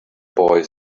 boy